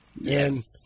Yes